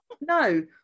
No